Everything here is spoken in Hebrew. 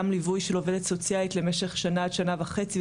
ליווי של עובדת סוציאלית למשך שנה עד שנה וחצי,